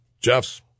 Jeff's